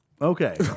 Okay